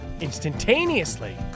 Instantaneously